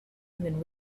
even